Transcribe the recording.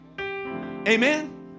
amen